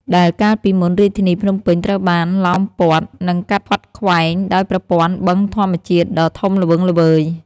ដែលកាលពីមុនរាជធានីភ្នំពេញត្រូវបានឡោមព័ទ្ធ និងកាត់ខ្វាត់ខ្វែងដោយប្រព័ន្ធបឹងធម្មជាតិដ៏ធំល្វឹងល្វើយ។